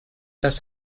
das